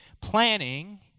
planning